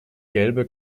gelbe